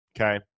okay